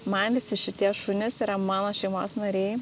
man visi šitie šunys yra mano šeimos nariai